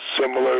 similar